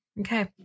Okay